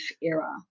era